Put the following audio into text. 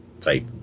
type